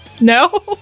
No